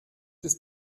ist